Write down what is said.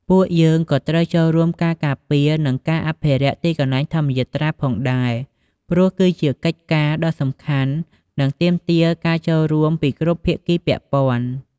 ពួកយើងក៏ត្រូវចូលរួមការការពារ និងការអភិរក្សទីកន្លែងធម្មយាត្រាផងដែរព្រោះ គឺជាកិច្ចការដ៏សំខាន់ និងទាមទារការចូលរួមពីគ្រប់ភាគីពាក់ព័ន្ធ៖